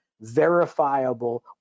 verifiable